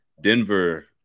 Denver